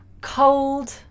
cold